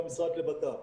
והמשרד לבט"פ,